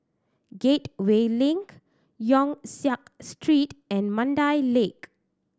Gateway Link Yong Siak Street and Mandai Lake